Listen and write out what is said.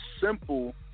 simple